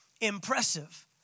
impressive